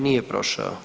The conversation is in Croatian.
Nije prošao.